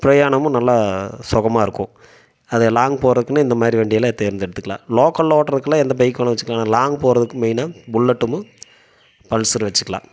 பிரயாணமும் நல்லா சுகமா இருக்கும் அது லாங் போகிறதுக்குனு இந்த மாதிரி வண்டியெல்லாம் எடுத்து தேர்ந்தெடுத்துக்கலாம் லோக்கல்ல ஓட்டுறதுகுலாம் எந்த பைக் வேணுணா வச்சிக்கலாம் ஆனால் லாங் போகிறதுக்கு மெயினாக புல்லெட்டும் பல்சர் வச்சிக்கலாம்